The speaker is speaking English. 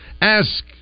Ask